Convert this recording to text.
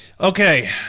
Okay